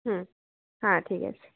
হুম হ্যাঁ ঠিক আছে